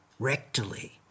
rectally